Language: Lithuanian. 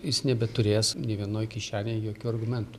jis nebeturės nei vienoj kišenėj jokių argumentų